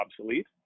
obsolete